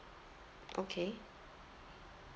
okay